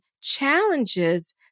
challenges